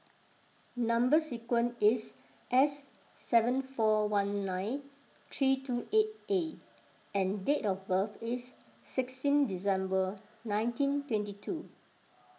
Number Sequence is S seven four one nine three two eight A and date of birth is sixteen December nineteen twenty two